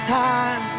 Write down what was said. time